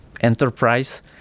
enterprise